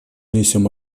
несем